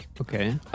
Okay